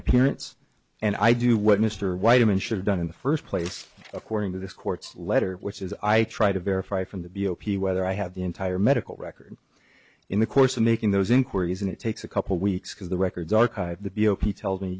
appearance and i do what mr white and should've done in the first place according to this court's letter which is i try to verify from the b o p whether i have the entire medical record in the course of making those inquiries and it takes a couple weeks because the records archive the